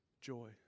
joy